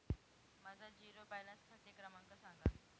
माझा zero balance खाते क्रमांक सांगा